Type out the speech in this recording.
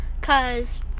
cause